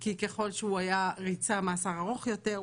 כי ככל שהוא ריצה מאסר ארוך יותר,